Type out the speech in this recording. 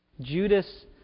Judas